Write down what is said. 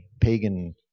pagan